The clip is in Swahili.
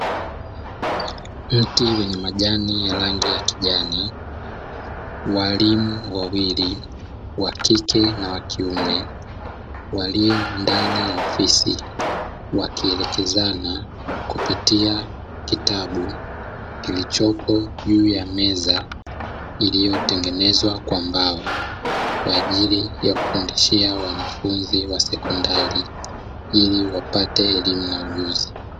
Mti wenye majani ya rangi ya kijani, walimu wawili wa kike na wa kiume walio ndani ya ofisi; wakielekezana kupitia kitabu kilichopo juu ya meza, iliyotengenezwa kwa mbao, kwa ajili ya kufundishia wanafunzi wa sekondari ili wapate elimu na ujuzi.